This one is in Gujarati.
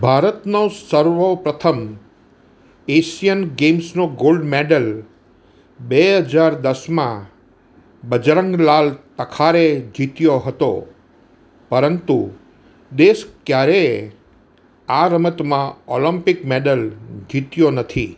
ભારતનો સર્વ પ્રથમ એશિયન ગેમ્સનો ગોલ્ડ મેડલ બે હજાર દસમાં બજરંગલાલ તખારે જીત્યો હતો પરંતુ દેશ ક્યારેય આ રમતમાં ઓલિમ્પિક મેડલ જીત્યો નથી